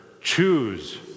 choose